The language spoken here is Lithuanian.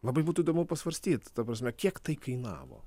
labai būtų įdomu pasvarstyt ta prasme kiek tai kainavo